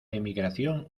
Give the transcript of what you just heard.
emigración